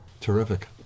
terrific